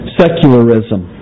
secularism